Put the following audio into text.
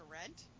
rent